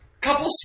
Couple